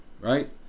right